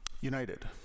united